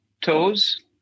toes